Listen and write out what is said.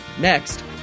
next